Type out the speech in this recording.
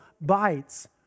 bites